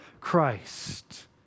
Christ